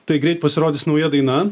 tai greit pasirodys nauja daina